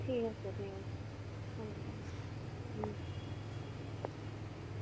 ঠিক আছে ও ও